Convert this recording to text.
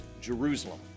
Jerusalem